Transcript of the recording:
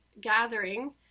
gathering